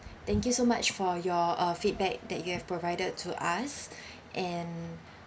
thank you so much for your uh feedback that you have provided to us and